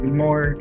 more